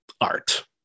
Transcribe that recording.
art